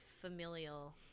familial